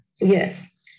Yes